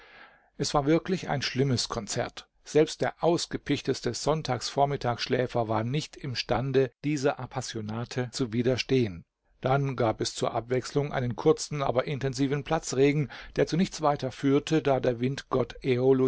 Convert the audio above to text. es war wirklich ein schlimmes konzert selbst der ausgepichteste sonntagsvormittagsschläfer war nicht imstande dieser appassionate zu widerstehen dann gab es zur abwechslung einen kurzen aber intensiven platzregen der zu nichts weiter führte da der